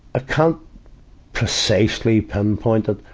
ah can't precisely pinpoint it,